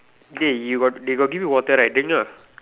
dey you got they got give you water right drink ah